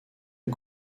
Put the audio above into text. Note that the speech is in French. est